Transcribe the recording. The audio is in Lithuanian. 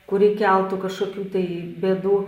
kuri keltų kažkokių tai bėdų